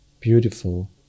beautiful